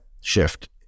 shift